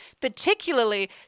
particularly